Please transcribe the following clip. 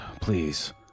please